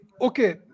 Okay